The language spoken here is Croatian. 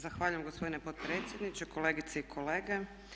Zahvaljujem gospodine potpredsjedniče, kolegice i kolege.